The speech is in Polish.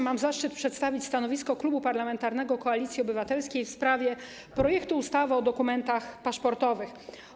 Mam zaszczyt przedstawić stanowisko Klubu Parlamentarnego Koalicja Obywatelska w sprawie projektu ustawy o dokumentach paszportowych.